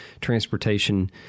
transportation